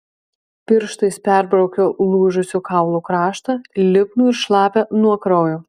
pirštais perbraukiau lūžusio kaulo kraštą lipnų ir šlapią nuo kraujo